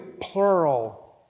plural